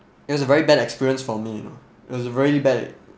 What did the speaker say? it was a very bad experience for me it was very bad